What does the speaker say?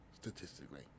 statistically